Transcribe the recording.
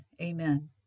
Amen